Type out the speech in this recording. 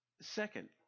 Second